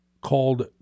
called